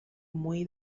muy